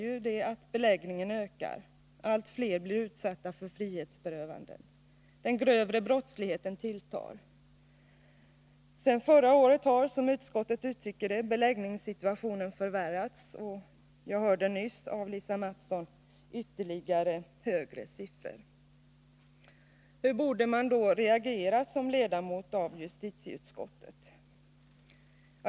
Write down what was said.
Jo, beläggningen ökar, allt fler blir utsatta för frihetsberövanden, den grövre brottsligheten tilltar. Sedan förra året har — som utskottet uttrycker det — beläggningssituationen förvärrats. Vi har också nyss hört Lisa Mattson nämna ännu högre siffror. Hur borde man då som ledamot av justitieutskottet reagera?